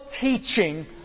teaching